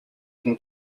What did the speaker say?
can